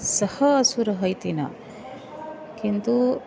सः असुरः इति न किन्तु